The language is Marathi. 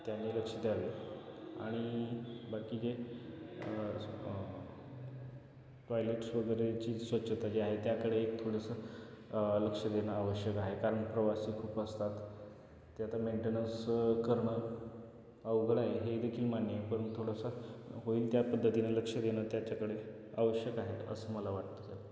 त्यांनी लक्ष द्यावे आणि बाकी जे टॉयलेट्स वगैरेची स्वच्छता जी आहे त्याकडे एक थोडंसं लक्ष देणं आवश्यक आहे कारण प्रवासी खूप असतात ते आता मेंटेनन्स करणं अवघड आहे हे देखील मान्य आहे परंतु थोडंसं होईल त्या पद्धतीनं लक्ष देणं त्याच्याकडे आवश्यक आहे असं मला वाटतं सर